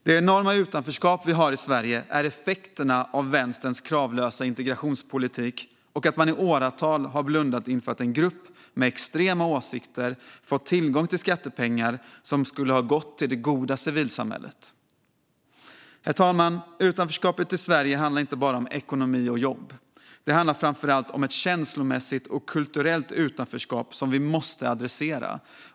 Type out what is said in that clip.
Det enorma utanförskap vi har i Sverige är en effekt av vänsterns kravlösa integrationspolitik och att man i åratal har blundat inför att en grupp med extrema åsikter fått tillgång till skattepengar som skulle ha gått till det goda civilsamhället. Herr talman! Utanförskapet i Sverige handlar inte bara om ekonomi och jobb. Det handlar framför allt om ett känslomässigt och kulturellt utanförskap som vi måste adressera.